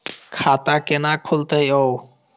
खाता केना खुलतै यो